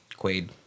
Quaid